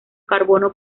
carbono